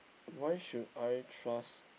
why should I trust